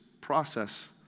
process